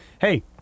hey